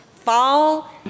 fall